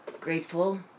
grateful